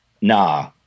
Nah